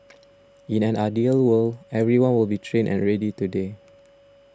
in an ideal world everyone will be trained and ready today